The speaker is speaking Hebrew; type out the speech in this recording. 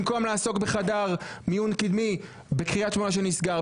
במקום לעסוק בחדר מיון קדמי בקריית שמונה שנסגר,